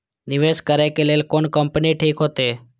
निवेश करे के लेल कोन कंपनी ठीक होते?